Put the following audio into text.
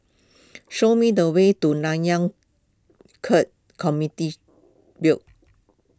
show me the way to Nanyang Khek Community Build